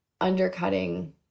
undercutting